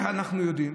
איך אנחנו יודעים?